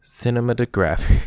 cinematography